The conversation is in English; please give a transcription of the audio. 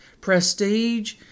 prestige